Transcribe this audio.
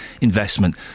investment